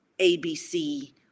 ABC